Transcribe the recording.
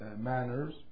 manners